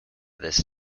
this